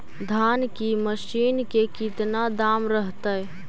धान की मशीन के कितना दाम रहतय?